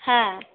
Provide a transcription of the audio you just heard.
হ্যাঁ